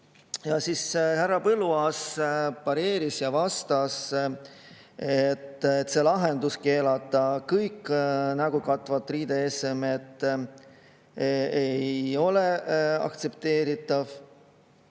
Siis härra Põlluaas pareeris ja vastas, et lahendus keelata kõik nägu katvad riideesemed ei ole aktsepteeritav.